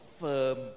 firm